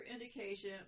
indication